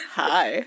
hi